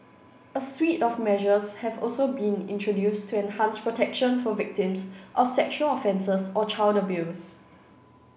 a suite of measures has also been introduced to enhance protection for victims of sexual offences or child abuse